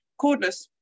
cordless